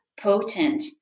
potent